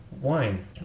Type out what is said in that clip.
wine